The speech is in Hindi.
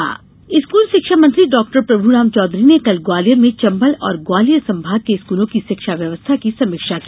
चौधरी शिक्षा स्कूल शिक्षा मंत्री डॉ प्रभूराम चौधरी ने कल ग्वालियर में चम्बल और ग्वालियर संभाग के स्कूलों की शिक्षा व्यवस्था की समीक्षा की